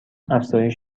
افزایش